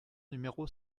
numéro